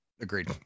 Agreed